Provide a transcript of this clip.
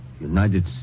United